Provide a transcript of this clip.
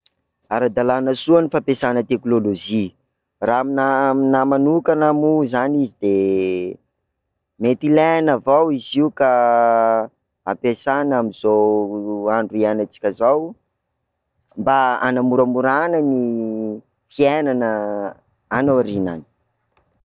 Ara-dalana soa ny fampiasana teknolojia, raha aminahy- aminahy manokana moa zany izy de, mety ilaina avao izy io ka ampiasana amzao andro hiainantsika zao mba hanamoramorana ny fiainana any aorina any.